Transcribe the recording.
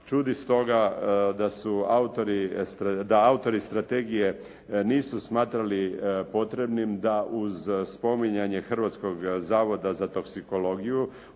Čudi stoga da autori strategije nisu smatrali potrebnim da uz spominjanje Hrvatskog zavoda za toksikologiju